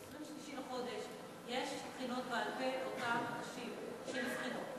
ב-23 בחודש יש בחינות בעל-פה לאותם אנשים שנבחנו.